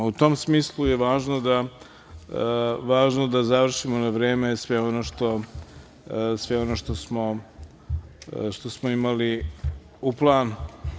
U tom smislu je važno da završimo na vreme sve ono što smo imali u planu.